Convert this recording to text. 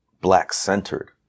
Black-centered